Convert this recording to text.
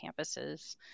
campuses